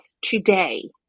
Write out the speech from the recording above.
today